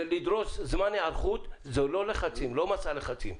לדרוש זמן היערכות זה לא מסע לחצים.